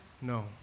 No